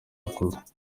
akuze